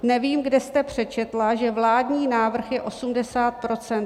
Nevím, kde jste přečetla, že vládní návrh je 80 %.